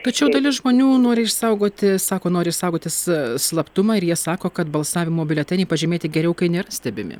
tačiau dalis žmonių nori išsaugoti sako nori saugoti sa slaptumą ir jie sako kad balsavimo biuletenį pažymėti geriau kai nėra stebimi